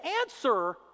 answer